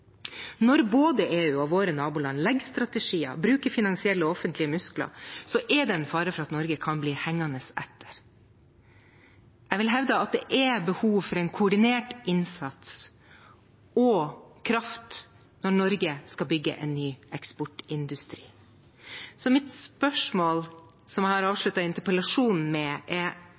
Når både EU og våre naboland legger strategier, bruker finansielle og offentlige muskler, er det er en fare for at Norge kan bli hengende etter. Jeg vil hevde at det er behov for en koordinert innsats og kraft når Norge skal bygge en ny eksportindustri. Så mitt spørsmål, som jeg avslutter interpellasjonen med, er: